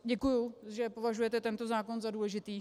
Děkuji, že považujete tento zákon za důležitý.